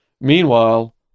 Meanwhile